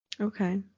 Okay